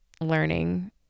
learning